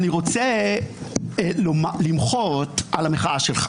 אני רוצה למחות על המחאה שלך.